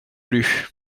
plus